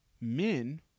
men